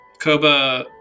Koba